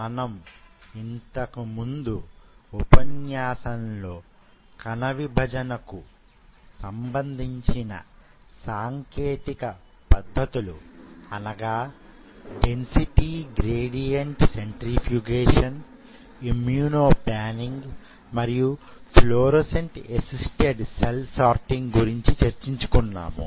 మనం ఇంతకుముందు ఉపన్యాసంలో కణ విభజనకు సంబంధించిన సాంకేతిక పద్ధతులు అనగా density gradient centrifugation immunopanning మరియు ఫ్లోరోసెంట్ అసిస్తడ్ సెల్ సార్టింగ్ గురించి చర్చించుకున్నాం